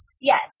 yes